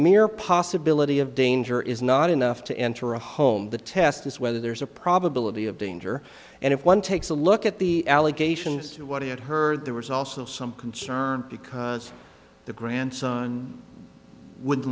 mere possibility of danger is not enough to enter a home the test is whether there is a probability of danger and if one takes a look at the allegations to what he had heard there was also some concern because the grandson would